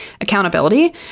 accountability